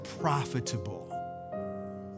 profitable